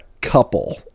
couple